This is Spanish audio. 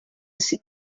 sir